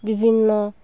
ᱵᱤᱵᱷᱤᱱᱱᱚ